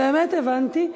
באמת הבנתי.